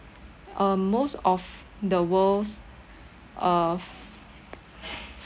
um most of the world's uh